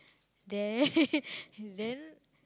then then